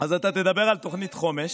אז אתה תדבר על תוכנית חומש,